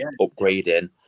upgrading